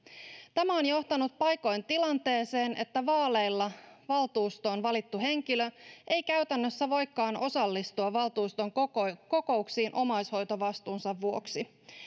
tämä on johtanut paikoin tilanteeseen että vaaleilla valtuustoon valittu henkilö ei käytännössä voikaan osallistua valtuuston kokouksiin kokouksiin omaishoitovastuunsa vuoksi